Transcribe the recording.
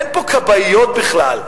אין פה כבאיות בכלל.